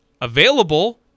available